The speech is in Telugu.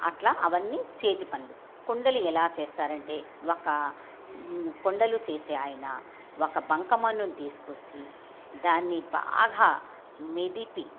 అట్లా అవన్నీ చేతి పనులు కుండలు ఎలా చేస్తారంటే ఒక కుండలు చేసే ఆయన ఒక బంకమన్నును తీసుకొచ్చి దాన్ని బాగా మెదిపి